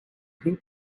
pink